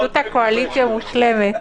--- הקואליציה מושלמת.